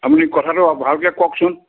আপুনি কথাটো ভালকৈ কওকচোন